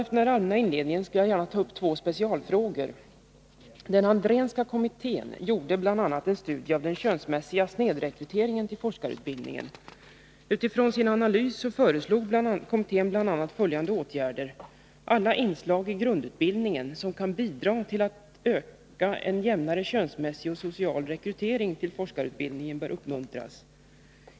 Efter denna allmänna inledning vill jag gärna ta upp två specialfrågor. Den Andrénska kommittén gjorde bl.a. en studie av den könsmässiga snedrekryteringen till forskarutbildningen. Utifrån sin analys föreslog kommittén bl.a.: Alla inslag i grundutbildningen som kan bidra till att öka en jämnare könsmässig och social rekrytering till forskarutbildningen bör uppmuntras.